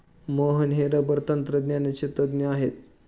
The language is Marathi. मोहन हे रबर तंत्रज्ञानाचे तज्ज्ञ आहेत